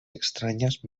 extrañas